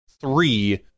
three